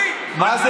דודי, מה קרה?